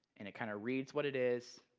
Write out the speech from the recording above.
and it kind of reads what it is,